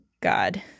God